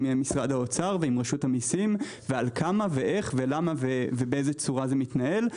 משרד האומר ועם רשות המיסים ועל כמה ואיך ולמה ואיך זה מתנהל,